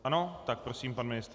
Ano, prosím pan ministr.